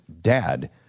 dad